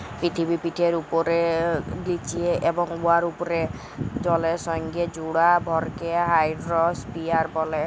পিথিবীপিঠের উপ্রে, লিচে এবং উয়ার উপ্রে জলের সংগে জুড়া ভরকে হাইড্রইস্ফিয়ার ব্যলে